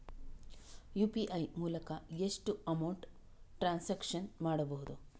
UPI ಮೂಲಕ ಎಷ್ಟು amount transaction ಮಾಡಬಹುದು?